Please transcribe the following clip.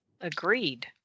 Agreed